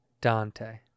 Dante